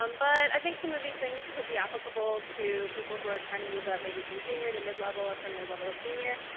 um but i think some of these things could be applicable to people who are trying to move up maybe from junior to mid level or from mid level to senior.